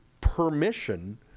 permission